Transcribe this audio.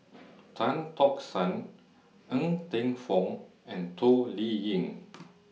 Tan Tock San Ng Teng Fong and Toh Liying